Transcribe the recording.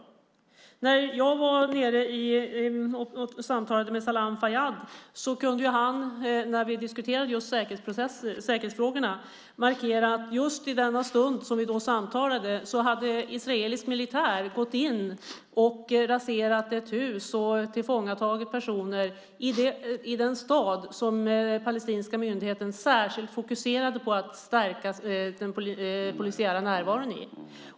När jag var nere och samtalade med Salam Fayyad kunde han när vi diskuterade säkerhetsfrågorna markera att just i den stund vi stod och samtalade hade israelisk militär gått in och raserat ett hus och tillfångatagit personer i den stad där den palestinska myndigheten särskilt fokuserade på att stärka den polisiära närvaron.